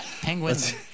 penguins